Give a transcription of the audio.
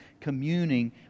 communing